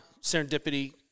serendipity